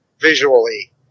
visually